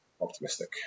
optimistic